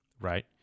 right